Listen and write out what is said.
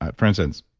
but for instance,